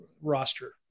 roster